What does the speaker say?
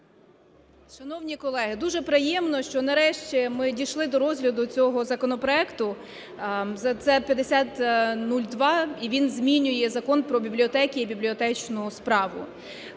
Шановні колеги, дуже приємно, що нарешті ми дійшли до розгляду цього законопроекту, це 5002 і він змінює Закон "Про бібліотеки і бібліотечну справу".